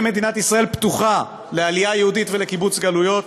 "מדינת ישראל תהא פתוחה לעלייה יהודית ולקיבוץ גלויות,